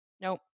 nope